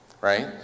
right